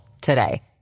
today